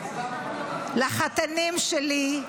לחתנים שלי,